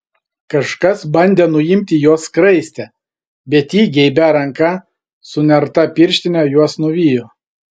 kažkas bandė nuimti jos skraistę bet ji geibia ranka su nerta pirštine juos nuvijo